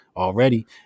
Already